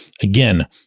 again